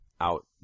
out